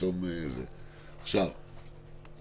תחשוב